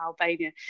Albania